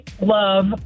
love